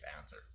answer